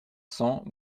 cents